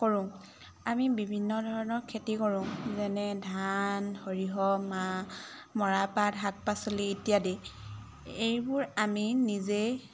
কৰোঁ আমি বিভিন্ন ধৰণৰ খেতি কৰোঁ যেনে ধান সৰিয়হ মাহ মৰাপাট শাক পাচলি ইত্যাদি এইবোৰ আমি নিজেই